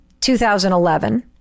2011